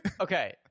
okay